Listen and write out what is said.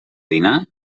dinar